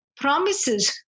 promises